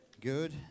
Good